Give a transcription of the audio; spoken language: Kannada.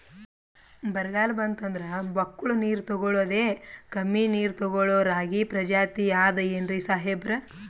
ಬರ್ಗಾಲ್ ಬಂತಂದ್ರ ಬಕ್ಕುಳ ನೀರ್ ತೆಗಳೋದೆ, ಕಮ್ಮಿ ನೀರ್ ತೆಗಳೋ ರಾಗಿ ಪ್ರಜಾತಿ ಆದ್ ಏನ್ರಿ ಸಾಹೇಬ್ರ?